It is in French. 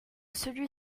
celui